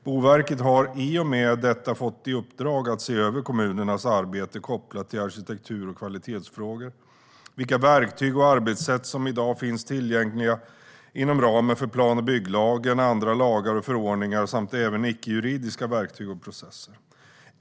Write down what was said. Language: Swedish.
Boverket har i och med detta fått i uppdrag att se över kommunernas arbete kopplat till arkitektur och kvalitetsfrågor, vilka verktyg och arbetssätt som i dag finns tillgängliga inom ramen för plan och bygglagen, andra lagar och förordningar samt även icke-juridiska verktyg och processer.